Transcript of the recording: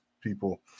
people